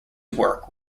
work